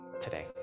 today